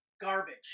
garbage